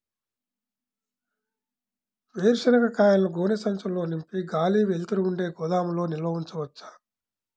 వేరుశనగ కాయలను గోనె సంచుల్లో నింపి గాలి, వెలుతురు ఉండే గోదాముల్లో నిల్వ ఉంచవచ్చా?